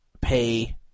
pay